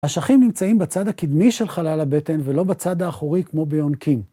אשכים נמצאים בצד הקדמי של חלל הבטן ולא בצד האחורי כמו ביונקים.